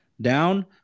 down